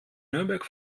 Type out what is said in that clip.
nürnberg